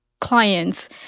clients